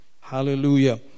Hallelujah